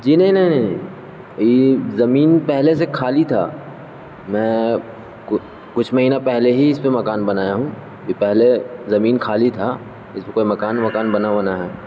جی نہیں نہیں نہیں یہ زمین پہلے سے خالی تھا میں کچھ مہینہ پہلے ہی اس پہ مکان بنایا ہوں یہ پہلے زمین خالی تھا اس پہ کوئی مکان وکان بنا ہوا نہ ہے